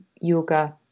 yoga